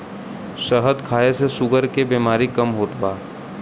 शहद खाए से शुगर के बेमारी कम होत बा